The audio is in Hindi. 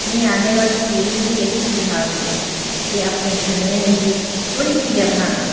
मैं आने वाली पीढ़ी को यही सुझाव दूँगी कि अपने घर में ही थोड़ी सी जगह में